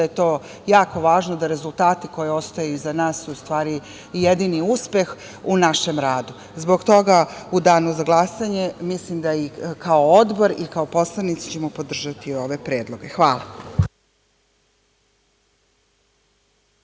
da je jako važno da su rezultati koji ostaju iza nas u stvari i jedini uspeh u našem radu. Zbog toga u danu za glasanje, mislim, i kao Odbor i kao poslanici ćemo podržati ove predloge. Hvala.